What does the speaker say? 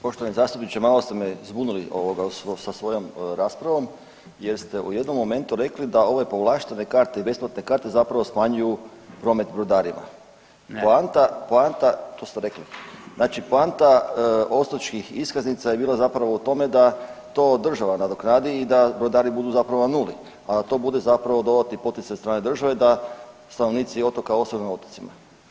Poštovani zastupniče, malo ste me zbunili sa svojom raspravom jer ste u jednom momentu rekli da ove povlaštene karte i besplatne karte zapravo smanjuju promet brodarima [[Upadica Bačić: Ne.]] Poanta, to ste rekli, znači poanta otočkih iskaznica je bila zapravo u tome da to država nadoknadi i da brodari budu zapravo na nuli, a da to bude dodatni poticaj od strane države da stanovnici otoka ostanu na otocima.